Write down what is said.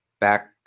back